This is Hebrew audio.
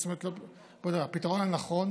זאת אומרת הפתרון הנכון,